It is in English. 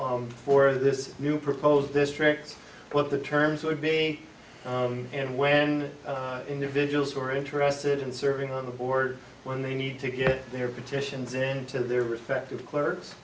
i'm for this new proposed district what the terms would be and when individuals who are interested in serving on the board when they need to get their petitions into their respective clerks